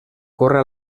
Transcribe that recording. corre